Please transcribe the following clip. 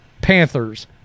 Panthers